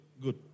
Good